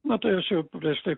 na tai aš jau prieš tai